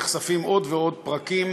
נחשפים עוד ועוד פרקים